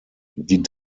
die